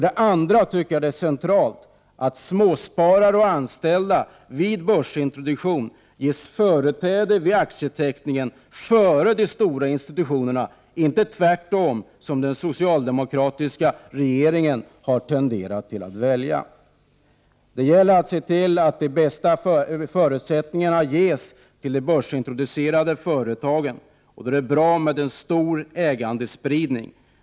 Det är för det andra centralt att småsparare och anställda vid börsintroduktion ges företräde vid aktieteckningen, så att de får gå före de stora institutionerna och inte tvärtom, den väg som den socialdemokratiska regeringen har tenderat att välja. Det gäller att se till att de bästa förutsättningarna ges till de börsintroducerade företagen. Då är det bra med en stor ägandespridning.